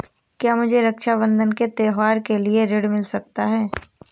क्या मुझे रक्षाबंधन के त्योहार के लिए ऋण मिल सकता है?